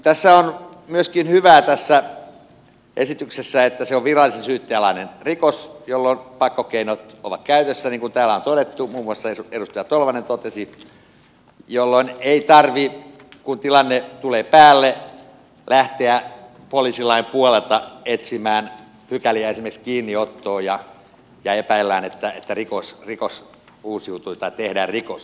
tässä esityksessä on myöskin hyvää se että se on virallisen syytteen alainen rikos jolloin pakkokeinot ovat käytössä niin kuin täällä on todettu muun muassa edustaja tolvanen totesi jolloin ei tarvitse kun tilanne tulee päälle lähteä poliisilain puolelta etsimään pykäliä esimerkiksi kiinniottoon kun epäillään että rikos uusiutui tai tehdään rikos